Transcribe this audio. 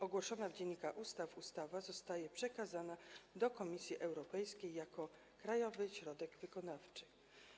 Ogłoszona w Dzienniku Ustaw ustawa zostanie przekazana do Komisji Europejskiej jako krajowy środek wykonawczy.